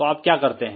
तो आप क्या करते हैं